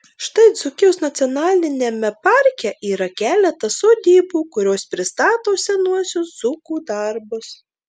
štai dzūkijos nacionaliniame parke yra keletas sodybų kurios pristato senuosius dzūkų darbus